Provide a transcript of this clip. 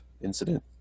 incident